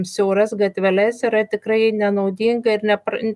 siauras gatveles yra tikrai nenaudinga ir nepr